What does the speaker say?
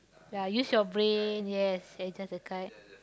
ya use your brain yes adjust the kite